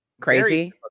crazy